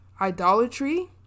idolatry